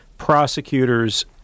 prosecutors